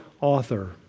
author